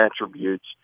attributes